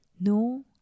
No